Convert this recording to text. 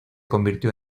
convirtió